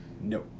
No